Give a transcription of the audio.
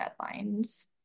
deadlines